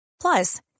Plus